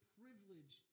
privilege